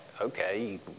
okay